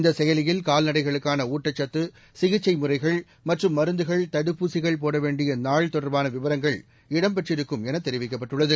இந்த செயலியில் கால்நடைகளுக்கான ஊட்டச்சத்து சிகிச்சை முறைகள் மற்றும் மருந்துகள் தடுப்பூசிகள் போட வேண்டிய நாள் தொடர்பான விவரங்கள் இடம்பெற்றிருக்கும் என தெரிவிக்கப்பட்டுள்ளது